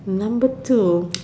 number two